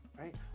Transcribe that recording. Right